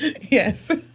Yes